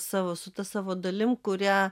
savo su ta savo dalim kurią